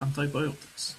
antibiotics